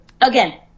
again